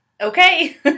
Okay